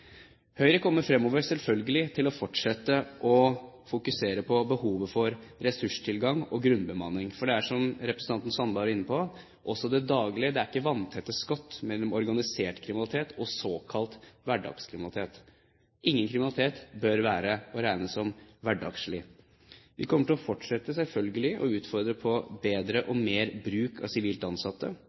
fortsette å fokusere på behovet for ressurstilgang og grunnbemanning. For det gjelder, som representanten Sandberg var inne på, også det daglige. Det er ikke vanntette skott mellom organisert kriminalitet og såkalt hverdagskriminalitet. Ingen kriminalitet bør være å regne som hverdagslig. Vi kommer selvfølgelig til å fortsette å utfordre på bedre og mer bruk av sivilt ansatte.